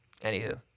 Anywho